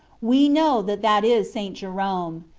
we know that that is st. jerome.